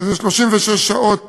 וזה 36 שעות